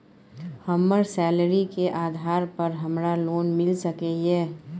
हमर सैलरी के आधार पर हमरा लोन मिल सके ये?